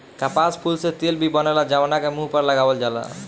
कपास फूल से तेल भी बनेला जवना के मुंह पर लगावल जाला